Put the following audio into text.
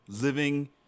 living